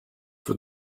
for